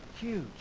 Huge